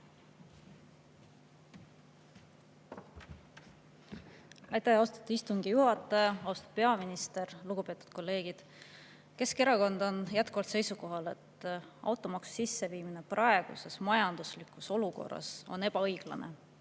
Aitäh, austatud istungi juhataja! Austatud peaminister! Lugupeetud kolleegid! Keskerakond on jätkuvalt seisukohal, et automaksu sisseviimine praeguses majanduslikus olukorras on ebaõiglane